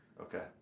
Okay